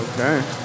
Okay